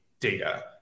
data